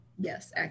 yes